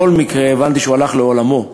בכל מקרה הבנתי שהוא הלך לעולמו,